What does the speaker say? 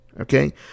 Okay